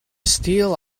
steal